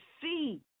see